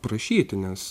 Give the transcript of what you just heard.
prašyti nes